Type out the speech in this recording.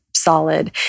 Solid